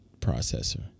processor